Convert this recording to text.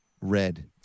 red